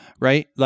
right